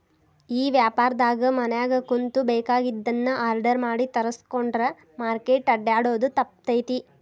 ಈ ವ್ಯಾಪಾರ್ದಾಗ ಮನ್ಯಾಗ ಕುಂತು ಬೆಕಾಗಿದ್ದನ್ನ ಆರ್ಡರ್ ಮಾಡಿ ತರ್ಸ್ಕೊಂಡ್ರ್ ಮಾರ್ಕೆಟ್ ಅಡ್ಡ್ಯಾಡೊದು ತಪ್ತೇತಿ